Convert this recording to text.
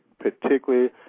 particularly